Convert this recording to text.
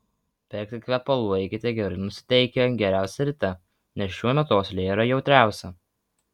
pirkti kvepalų eikite gerai nusiteikę geriausia ryte nes šiuo metu uoslė yra jautriausia